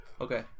Okay